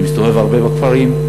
אני מסתובב הרבה בכפרים.